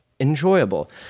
Enjoyable